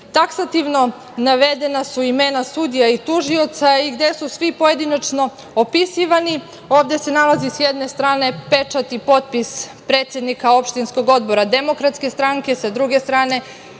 taksativno navedena imena sudija i tužilaca i gde su svi pojedinačno opisivani. Ovde se nalazi sa jedne strane pečat i potpis predsednika opštinskog odbora DS, sa druge strane